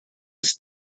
its